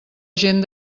gent